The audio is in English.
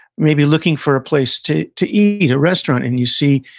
maybe looking for a place to to eat, a restaurant, and you see,